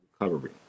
recovery